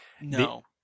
No